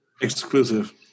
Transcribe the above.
exclusive